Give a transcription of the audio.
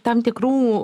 tam tikrų